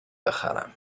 بخرم